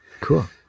cool